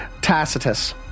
Tacitus